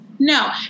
No